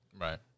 Right